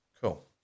Cool